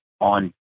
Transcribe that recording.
on